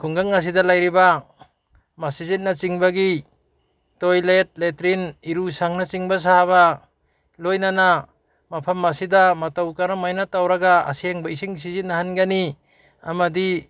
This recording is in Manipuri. ꯈꯨꯡꯒꯪ ꯑꯁꯤꯗ ꯂꯩꯔꯤꯕ ꯃꯁꯖꯤꯠꯅꯆꯤꯡꯕꯒꯤ ꯇꯣꯏꯂꯦꯠ ꯂꯦꯇ꯭ꯔꯤꯟ ꯏꯔꯨꯁꯪꯅꯆꯤꯡꯕ ꯁꯥꯕ ꯂꯣꯏꯅꯅ ꯃꯐꯝ ꯑꯁꯤꯗ ꯃꯇꯧ ꯀꯔꯝ ꯍꯥꯏꯅ ꯇꯧꯔꯒ ꯑꯁꯦꯡꯕ ꯏꯁꯤꯡ ꯁꯤꯖꯤꯟꯅꯍꯟꯒꯅꯤ ꯑꯃꯗꯤ